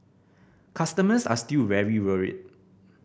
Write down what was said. customers are still very worried